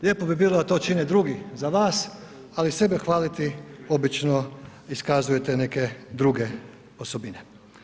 Lijepo bi bilo da to čine drugi za vas ali sebe hvaliti obično iskazujete neke druge osobine.